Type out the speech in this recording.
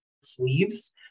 sleeves